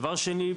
דבר שני,